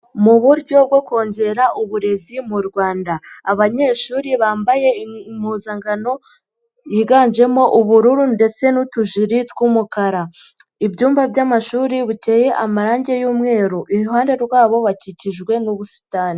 Mu buryo bwo kongera uburezi mu Rwanda. Abanyeshuri bambaye impuzankano yiganjemo ubururu, ndetse n'utujiri tw'umukara. Ibyumba by'amashuri biteye amarangi y'umweru. Iruhande rwabo bakikijwe n'ubusitani.